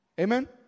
Amen